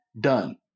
done